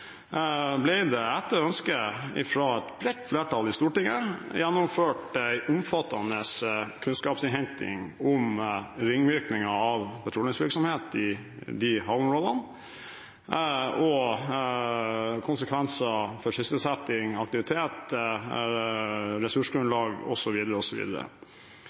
det, etter ønske fra et bredt flertall i Stortinget, gjennomført en omfattende kunnskapsinnhenting om ringvirkninger av petroleumsvirksomhet i de havområdene, og om konsekvenser for sysselsetting, aktivitet,